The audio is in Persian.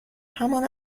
همان